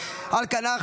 על כנה.